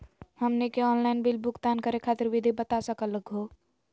हमनी के online bill भुगतान करे खातीर विधि बता सकलघ हो?